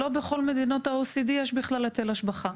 לא בכל מדינות ה-OECD יש בכלל היטל השבחה,